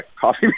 coffee